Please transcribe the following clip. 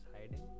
hiding